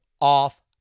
off